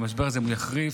המשבר הזה, אם יחריף,